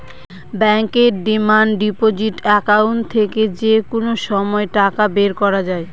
ব্যাঙ্কের demand deposit account থেকে যে কোনো সময় টাকা বের করা যায়